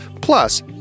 Plus